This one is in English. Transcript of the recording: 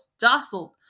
jostled